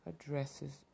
addresses